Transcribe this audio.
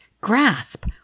grasp